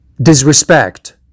disrespect